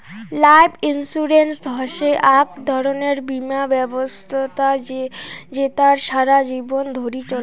life insurance হসে আক ধরণের বীমা ব্যবছস্থা জেতার সারা জীবন ধরি চলাঙ